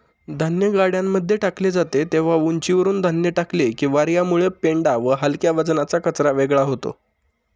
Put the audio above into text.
धान्य गाड्यांमध्ये टाकले जाते तेव्हा उंचीवरुन धान्य टाकले की वार्यामुळे पेंढा व हलक्या वजनाचा कचरा वेगळा होतो